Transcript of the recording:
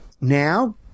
now